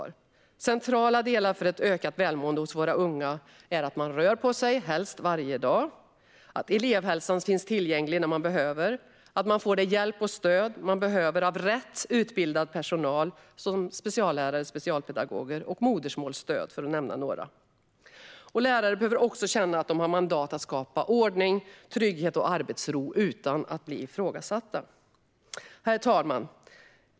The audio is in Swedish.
Några av de centrala delarna för ett ökat välmående hos våra unga är att man rör på sig - helst varje dag - att elevhälsan finns tillgänglig när man behöver den, att man får den hjälp och det stöd man behöver av rätt utbildad personal såsom speciallärare och specialpedagoger samt att man får modersmålsstöd. Lärare behöver också känna att de har mandat för att skapa ordning, trygghet och arbetsro utan att bli ifrågasatta. Herr talman!